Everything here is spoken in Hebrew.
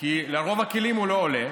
כי לרוב הכלים הוא לא עולה.